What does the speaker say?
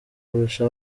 kurusha